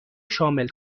شامل